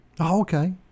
okay